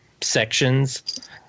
sections